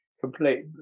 complete